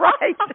right